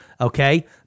okay